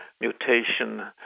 mutation